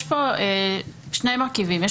יש פה שני מרכיבים באימות זהות,